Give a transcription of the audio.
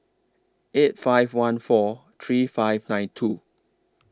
eight five one four three five nine two